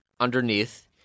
Underneath